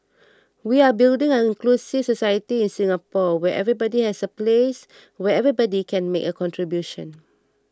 we are building an inclusive society in Singapore where everybody has a place where everybody can make a contribution